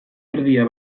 erdia